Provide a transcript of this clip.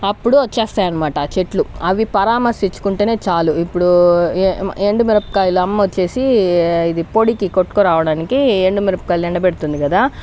అప్పుడు వచ్చేస్తాయి అనమాట ఆ చెట్లు అవి పరామర్శించుకుంటే చాలు ఇప్పుడు ఎం ఎండుమిరపకాయలు అమ్మ వచ్చేసి ఇది పొడికి కొట్టుకు రావడానికి ఎండు మిరపకాయలు ఎండబెడుతుంది కదా